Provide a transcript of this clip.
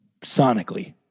sonically